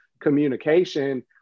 communication